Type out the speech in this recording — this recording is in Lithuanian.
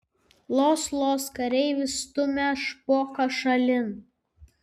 los los kareivis stumia špoką šalin